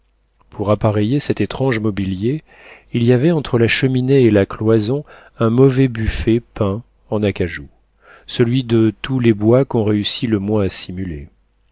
pour appareiller cet étrange mobilier il y avait entre la cheminée et la cloison un mauvais buffet peint en acajou celui de tous les bois qu'on réussit le moins à simuler